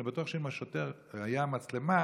אני בטוח שאם לשוטר הייתה מצלמה,